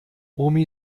omi